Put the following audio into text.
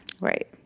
Right